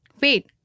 Wait